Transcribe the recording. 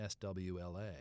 SWLA